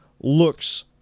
looks